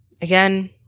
Again